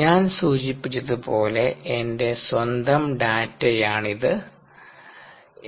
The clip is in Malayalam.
ഞാൻ സൂചിപ്പിച്ചതുപോലെ എന്റെ സ്വന്തം ഡാറ്റയാണിത്